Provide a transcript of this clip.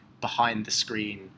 behind-the-screen